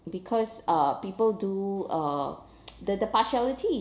because uh people do uh the the partiality is